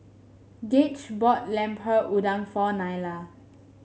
Gage bought Lemper Udang for Nyla